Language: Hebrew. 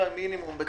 המינימום היא